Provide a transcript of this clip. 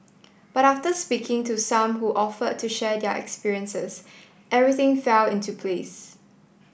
but after speaking to some who offered to share their experiences everything fell into place